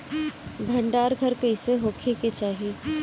भंडार घर कईसे होखे के चाही?